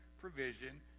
provision